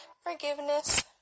forgiveness